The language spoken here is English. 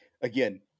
Again